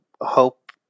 hope